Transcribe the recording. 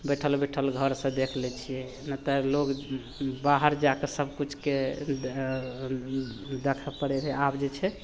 बैठल बैठल घरसँ देख लै छियै नहि तऽ लोग बाहर जा कऽ सबकिछुके देखऽ परै हइ आब जे छै